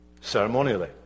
ceremonially